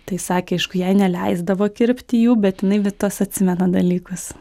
tai sakė aišku jei neleisdavo kirpti jų bet jinai vi tuos atsimena dalykus